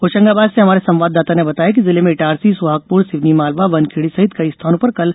होशंगाबाद से हमारे संवाददाता ने बताया है कि जिले में इटारसी सोहागपुर सिवनीमालवा बनखेड़ी सहित कई स्थानों पर कल अचानक मौसम बदल गया